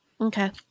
Okay